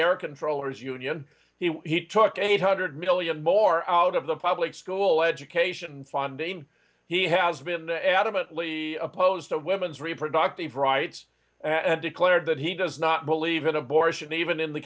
air controllers union he took eight hundred million more out of the public school education funding he has been adamantly opposed to women's reproductive rights and declared that he does not believe in abortion even in the